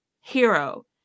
hero